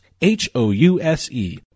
H-O-U-S-E